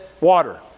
water